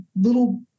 little